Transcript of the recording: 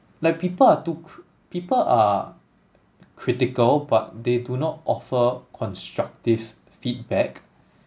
like people are too people are critical but they do not offer constructive feedback